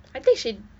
I think she